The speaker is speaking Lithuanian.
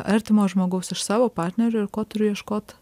artimo žmogaus iš savo partnerio ir ko turiu ieškot